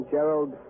Gerald